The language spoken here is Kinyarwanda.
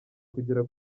kugera